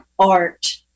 art